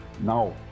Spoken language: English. Now